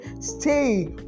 stay